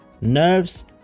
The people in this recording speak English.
nerves